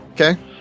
okay